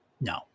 no